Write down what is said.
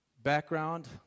background